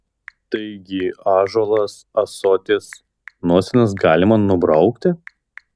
taigi ąžuolas ąsotis nosines galima nubraukti